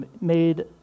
made